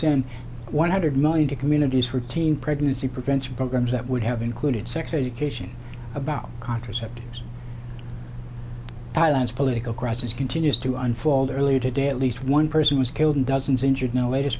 send one hundred million to communities for teen pregnancy prevention programs that would have included sex education about contraceptives thailand's political crisis continues to unfold earlier today at least one person was killed and dozens injured in a latest